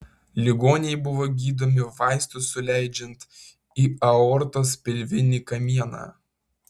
ligoniai buvo gydomi vaistus suleidžiant į aortos pilvinį kamieną